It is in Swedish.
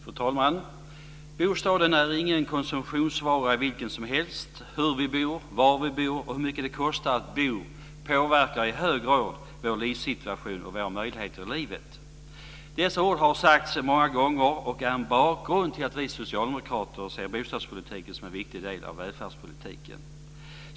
Fru talman! Bostaden är ingen konsumtionsvara vilken som helst. Hur vi bor, var vi bor och hur mycket det kostar att bo påverkar i hög grad vår livssituation och våra möjligheter i livet. Dessa ord har sagts många gånger och är bakgrund till att vi socialdemokrater ser bostadspolitiken som en viktig del av välfärdspolitiken.